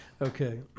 Okay